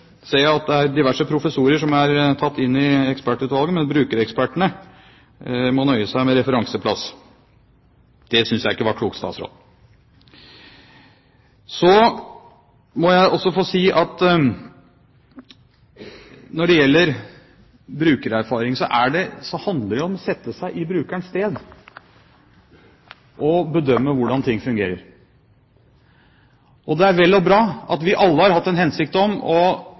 for. Jeg ser at diverse professorer er tatt inn i ekspertutvalget, mens brukerekspertene må nøye seg med referanseplass. Det synes jeg ikke er klokt, statsråd. Så må jeg også få si at når det gjelder brukererfaring, handler det om å sette seg i brukerens sted og bedømme hvordan ting fungerer. Det er vel og bra at vi alle har hatt til hensikt å